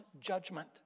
judgment